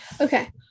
Okay